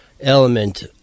element